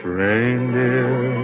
reindeer